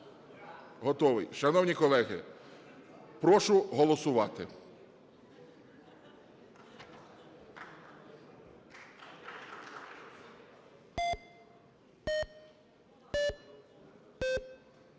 Готовий. Шановні колеги, прошу голосувати.